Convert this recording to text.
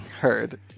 Heard